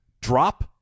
drop